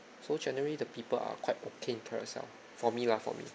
so generally the people are quite okay in Carousell for me lah for me